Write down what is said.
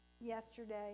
yesterday